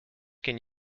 can